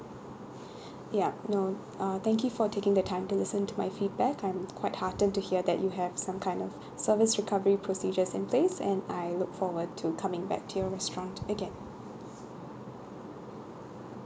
yup no uh thank you for taking the time to listen to my feedback I'm quite heartened to hear that you have some kind of service recovery procedures in place and I look forward to coming back to your restaurant again